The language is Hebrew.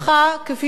כפי שצריך,